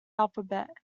alphabet